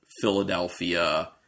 Philadelphia